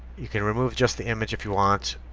you can remove just the image if you want.